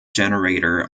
generator